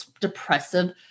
depressive